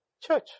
church